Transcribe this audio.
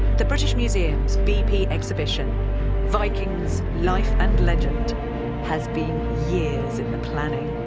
the british museum's bp exhibition vikings life and legend has been years in the planning.